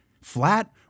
flat